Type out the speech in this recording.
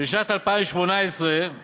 לשנת 2018 זה